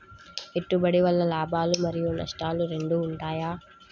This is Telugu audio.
పెట్టుబడి వల్ల లాభాలు మరియు నష్టాలు రెండు ఉంటాయా?